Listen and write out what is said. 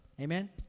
Amen